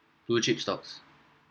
blue chip stocks